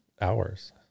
hours